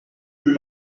plus